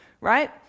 right